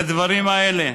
כדברים האלה: